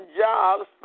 jobs